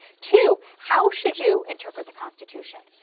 two how should you interpret the constitution?